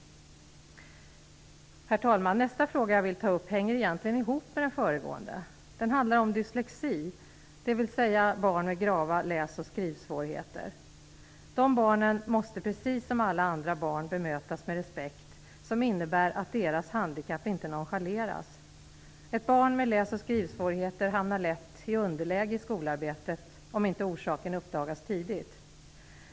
Herr talman! Nästa fråga som jag vill ta upp hänger egentligen samman med den föregående. Den handlar om dyslexi, dvs. barn med grava läs och skrivsvårigheter. Dessa barn måste precis som alla andra barn bemötas med respekt, som innebär att deras handikapp inte nonchaleras. Barn med läs och skrivsvårigheter hamnar lätt i underläge i skolarbetet, om inte orsaken uppdagas tidigt.